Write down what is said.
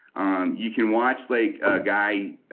um you can watch like a guy,